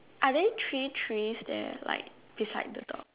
are there three trees there like beside the dot